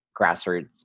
grassroots